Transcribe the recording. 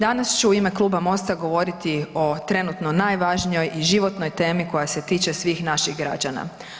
Danas ću u ime Kluba Mosta govoriti o trenutno najvažnijoj i životnoj temi koja se tiče svih naših građana.